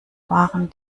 waren